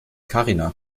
karina